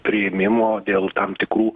priėmimo dėl tam tikrų